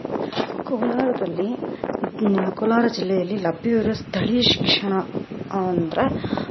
ಕೋಲಾರದಲ್ಲಿ ಕೋಲಾರ ಜಿಲ್ಲೆಯಲ್ಲಿ ಲಭ್ಯವಿರುವ ಸ್ಥಳೀಯ ಶಿಕ್ಷಣ ಅಂದರೆ